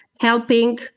helping